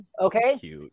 Okay